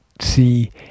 see